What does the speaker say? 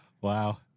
wow